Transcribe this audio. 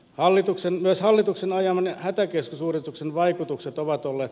hallituksen myös hallituksen ajaman hätäkeskusuudistuksen vaikutukset ovat olleet